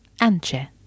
Anche